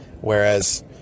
whereas